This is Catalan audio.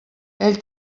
ell